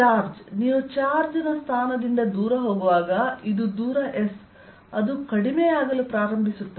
charge ನೀವು charge ನ ಸ್ಥಾನದಿಂದ ದೂರ ಹೋಗುವಾಗ ಇದು ದೂರ s ಅದು ಕಡಿಮೆಯಾಗಲು ಪ್ರಾರಂಭಿಸುತ್ತದೆ